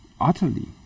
utterly